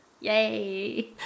Yay